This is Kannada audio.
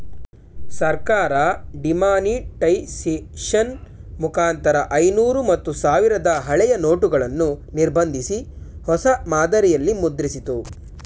ಸರ್ಕಾರ ಡಿಮಾನಿಟೈಸೇಷನ್ ಮುಖಾಂತರ ಐನೂರು ಮತ್ತು ಸಾವಿರದ ಹಳೆಯ ನೋಟುಗಳನ್ನು ನಿರ್ಬಂಧಿಸಿ, ಹೊಸ ಮಾದರಿಯಲ್ಲಿ ಮುದ್ರಿಸಿತ್ತು